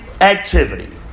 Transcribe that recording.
activity